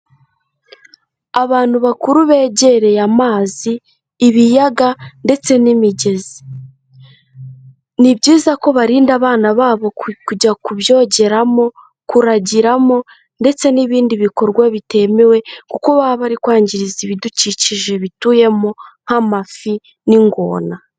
Abantu bakuru begereye amazi ibiyaga ndetse n'imigezi, ni byiza ko barinda abana babo kujya kubyongeramo kuragiramo ndetse n'ibindi bikorwa bitemewe kuko baba bari kwangiriza ibidukikije bituyemo nk'amafi n'ingona.